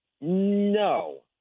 No